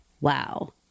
wow